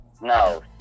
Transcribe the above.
No